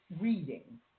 reading